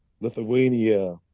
Lithuania